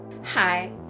Hi